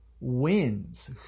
Wins